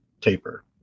taper